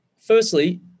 Firstly